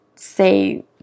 say